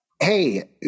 Hey